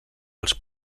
els